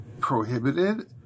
prohibited